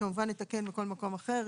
כמובן נתקן בכל מקום אחר